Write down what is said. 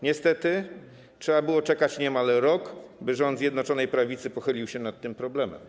Niestety, trzeba było czekać niemal rok, by rząd Zjednoczonej Prawicy pochylił się nad tym problemem.